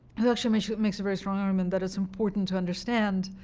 actually makes yeah makes a very strong argument that it's important to understand